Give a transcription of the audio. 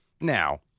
Now